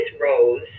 Rose